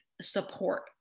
support